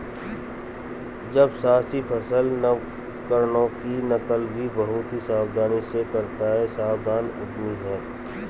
जब साहसी सफल नवकरणों की नकल भी बहुत सावधानी से करता है सावधान उद्यमी है